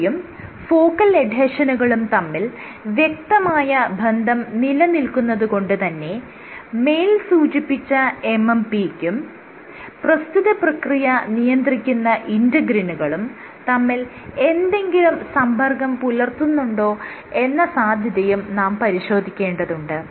MMP യും focal എഡ്ഹെഷനുകളും തമ്മിൽ വ്യക്തമായ ബന്ധം നിലനിൽക്കുന്നത് കൊണ്ടുതന്നെ മേൽ സൂചിപ്പിച്ച MMP യും പ്രസ്തുത പ്രക്രിയ നിയന്ത്രിക്കുന്ന ഇന്റെഗ്രിനുകളും തമ്മിൽ എന്തെങ്കിലും സമ്പർക്കം പുലർത്തുന്നുണ്ടോ എന്ന സാധ്യതയും നാം പരിശോധിക്കേണ്ടതുണ്ട്